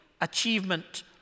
achievement